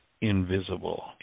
invisible